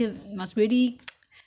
I don't know how the